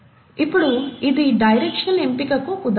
ఇప్పుడు ఇది డైరెక్షనల్ ఎంపికకు ఒక ఉదాహరణ